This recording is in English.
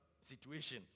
situation